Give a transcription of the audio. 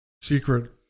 secret